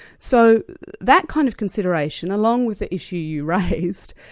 so that kind of consideration, along with the issue you raised,